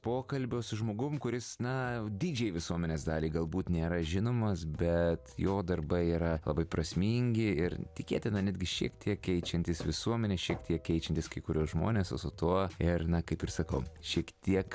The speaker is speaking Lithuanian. pokalbio su žmogum kuris na didžiajai visuomenės daliai galbūt nėra žinomas bet jo darbai yra labai prasmingi ir tikėtina netgi šiek tiek keičiantys visuomenę šiek tiek keičiantys kai kuriuos žmones o su tuo ir na kaip ir sakau šiek tiek